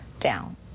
down